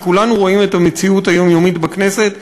כי כולנו רואים את המציאות היומיומית בכנסת,